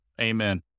Amen